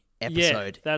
episode